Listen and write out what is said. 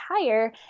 higher